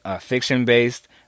fiction-based